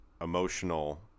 emotional